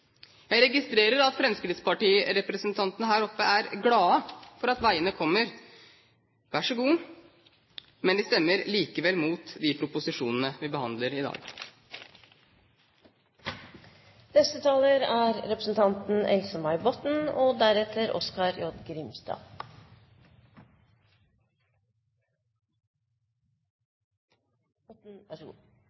Jeg registrerer at fremskrittspartirepresentantene her oppe er glade for at veiene kommer. Vær så god! Men de stemmer likevel mot de proposisjonene vi behandler i dag. Jeg trodde ikke det var så artig å diskutere samferdselspolitikk. Jeg er